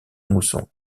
mousson